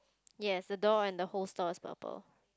yes the door and the host door is purple